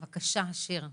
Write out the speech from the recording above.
בבקשה, שיר.